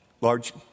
large